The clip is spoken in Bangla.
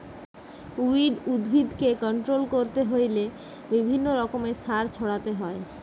উইড উদ্ভিদকে কন্ট্রোল করতে হইলে বিভিন্ন রকমের সার ছড়াতে হয়